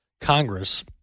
Congress